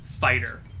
fighter